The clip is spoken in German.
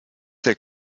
der